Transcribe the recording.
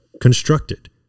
constructed